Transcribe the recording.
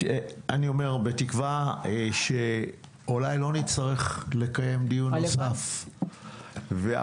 אני אומר בתקווה שאולי לא נצטרך לקיים דיון נוסף -- הלוואי.